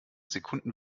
sekunden